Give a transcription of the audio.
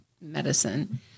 medicine